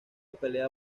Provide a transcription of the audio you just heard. pelea